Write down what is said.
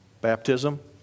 Baptism